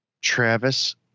Travis